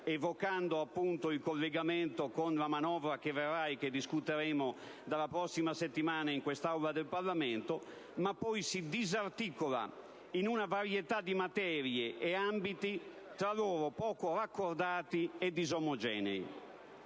evocando appunto il collegamento con la manovra che verrà e che discuteremo dalla prossima settimana in quest'Aula del Parlamento, ma che poi si disarticola in una varietà di materie e ambiti tra loro poco raccordati e disomogenei.